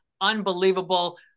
unbelievable